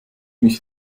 mich